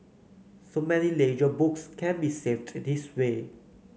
so many ledger books can be saved this way